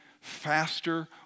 faster